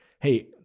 Hey